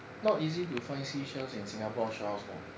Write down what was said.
not easy to find seashells in singapore shores hor